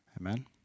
Amen